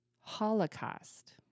Holocaust